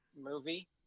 movie